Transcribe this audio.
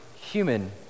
human